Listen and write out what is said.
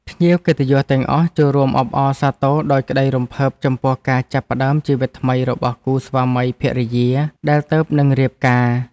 ភ្ញៀវកិត្តិយសទាំងអស់ចូលរួមអបអរសាទរដោយក្តីរំភើបចំពោះការចាប់ផ្តើមជីវិតថ្មីរបស់គូស្វាមីភរិយាដែលទើបនឹងរៀបការ។